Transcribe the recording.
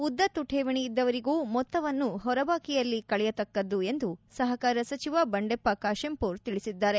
ಉದ್ದತ್ತು ಕೇವಣಿ ಇದ್ದವರಿಗೂ ಮೊತ್ತವನ್ನು ಹೊರಬಾಕಿಯಲ್ಲಿ ಕಳೆಯತಕ್ಕದ್ದು ಎಂದು ಸಹಕಾರ ಸಚಿವ ಬಂಡೆಪ್ಪ ಕಾಶೆಂಪೂರ್ ತಿಳಿಸಿದ್ದಾರೆ